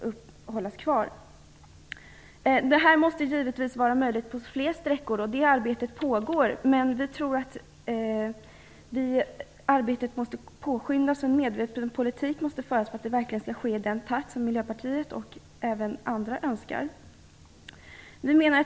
Denna trafik måste givetvis vara möjlig på flera sträckor. Arbetet med detta pågår, men vi tror att arbetet måste påskyndas och att en medveten politik måste föras för att det verkligen skall ske i den takt som Miljöpartiet och även andra önskar.